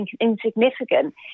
insignificant